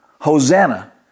Hosanna